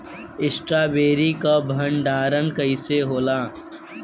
Strawberry के भंडारन कइसे होला?